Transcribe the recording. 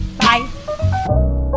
Bye